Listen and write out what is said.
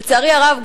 לצערי הרב,